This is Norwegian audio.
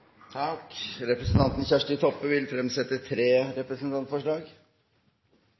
tak på lederlønninger. Representanten Karin Andersen vil fremsette to representantforslag.